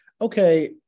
okay